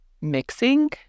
mixing